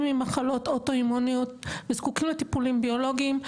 ממחלות אוטואימוניות וזקוקים לטיפולים ביולוגיים,